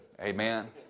Amen